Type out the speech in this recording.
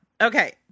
okay